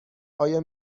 آیا